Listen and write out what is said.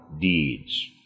deeds